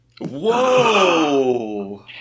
Whoa